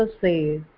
say